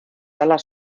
alas